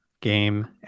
game